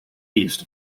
east